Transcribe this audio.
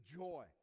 joy